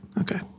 Okay